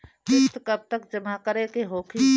किस्त कब तक जमा करें के होखी?